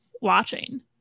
watching